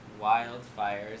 wildfires